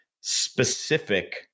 specific